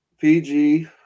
PG